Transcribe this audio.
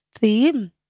theme